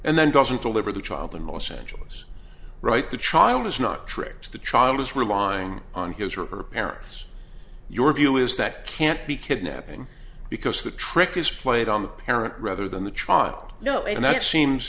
and then doesn't deliver the child in los angeles right the child is not tripped the child is relying on his or her parents your view is that can't be kidnapping because the trick is played on the parent rather than the child you know and that seems